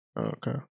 Okay